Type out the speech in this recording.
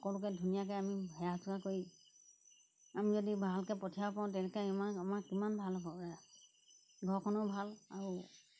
সকলোকে ধুনীয়াকে আমি সেয়া চেৱা কৰি আমি যদি ভালকে পঠিয়াব পাৰোঁ তেন্তে ইমান আমাক কিমান ভাল হ'ব ঘৰখনেও ভাল আৰু